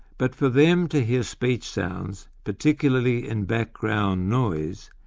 but for them to hear speech sounds, particularly in background noise,